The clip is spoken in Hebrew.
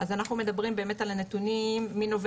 אז אנחנו מדברים באמת על הנתונים מנובמבר